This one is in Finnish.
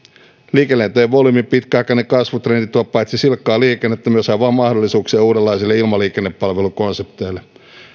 liikelentojen volyymin pitkäaikainen kasvutrendi tuo paitsi silkkaa liikennettä myös avaa mahdollisuuksia uudenlaisille ilmaliikennepalvelukonsepteille